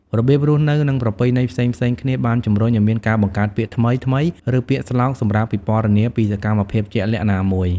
របៀបរស់នៅ និងប្រពៃណីផ្សេងៗគ្នាបានជំរុញឲ្យមានការបង្កើតពាក្យថ្មីៗ ឬពាក្យស្លោកសម្រាប់ពិពណ៌នាពីសកម្មភាពជាក់លាក់ណាមួយ។